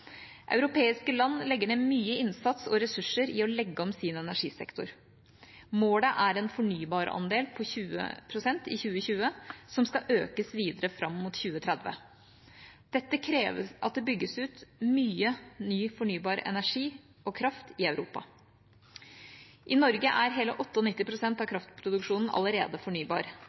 Europeiske land legger ned mye innsats og ressurser i å legge om sin energisektor. Målet er en fornybarandel på 20 pst. i 2020, som skal økes videre fram mot 2030. Dette krever at det bygges ut mye ny fornybar energi og kraft i Europa. I Norge er hele 98 pst. av kraftproduksjonen allerede fornybar.